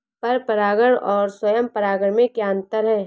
पर परागण और स्वयं परागण में क्या अंतर है?